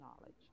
knowledge